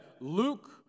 Luke